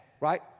right